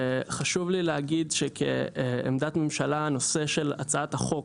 חשוב לי להגיד שכעמדת ממשלה הנושא של הצעת החוק